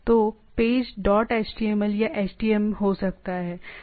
तो page dot html या htm हो सकता है